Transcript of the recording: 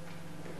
קריאה ראשונה.